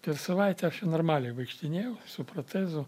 per savaitę aš jau normaliai vaikštinėjau su protezu